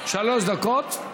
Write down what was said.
שלוש דקות?